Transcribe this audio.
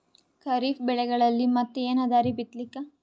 ಖರೀಫ್ ಬೆಳೆಗಳಲ್ಲಿ ಮತ್ ಏನ್ ಅದರೀ ಬಿತ್ತಲಿಕ್?